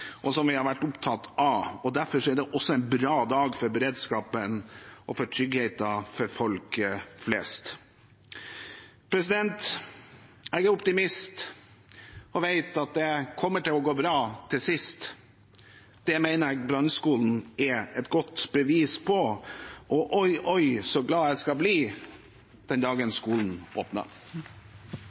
og som vi har vært opptatt av. Derfor er det også en bra dag for beredskapen og for tryggheten for folk flest. «Jeg er en optimist jeg vet det går bra til sist». Det mener jeg brannskolen er et godt bevis på. Og «oj, oj, oj, så glad jeg skal bli» den dagen skolen